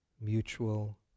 mutual